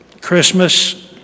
Christmas